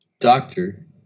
doctor